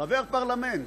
חבר פרלמנט,